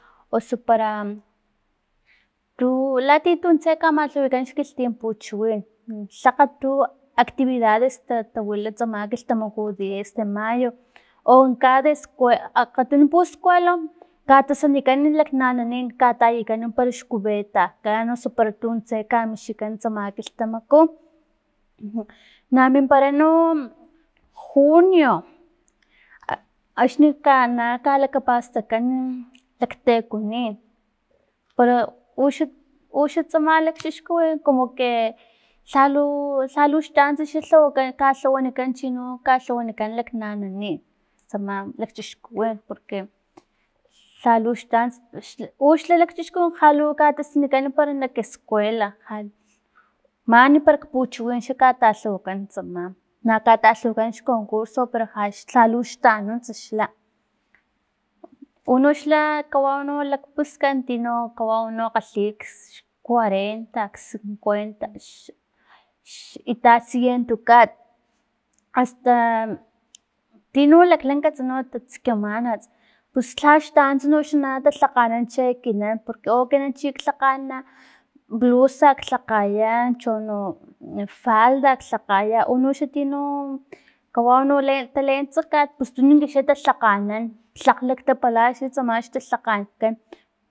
Osu para tu latiyan tuntse kamalhawanikan kilhtin puchiwin tlakga tu actividades ta tawila tsama kilhtamaku diez de mayo o en cada escuela akatuno kpuskuelo katasanikan laknananin katayikan parax cubetakan osu para tuntse kamixkikan tsama kilhtamaku na mimpara no junio, axni na kalakapastakan laktekonin para uxa- uxa tsama lakchixkuwin como que lhalu- lhaluxtanunts lhawakan kalhawanikan chi kalhawanikan laknananin tsama lakchixkuwin porque lhaxux tanunts ux- uxla lakchiuxkuwin jalu katasanikan para nak escuela- a man parak puchiwin katalhawakan tsama na katalhawakan concorso pero jaxtanuntsa xla, unoxla kwau xlak puskan tino kawai kgalhi xcuarenta parak cincuenta xitatsiento kat asta tino laklankats no ta tsikanmana pus lhaxtanunts noxa talhakganan che ekinan porque o ekinan chi lhakganana blusa, klhakgaya chono falda, lhakgaya uno xa tino kawau leen taleentsa kat pus tununk xa talhakganan tlakg lakgtapalaxla tsama xtalhakgankan.